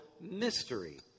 Mystery